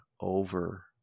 over